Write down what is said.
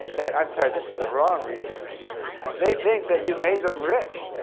and sorry, this is a wrong reason, but they think that you made them rich.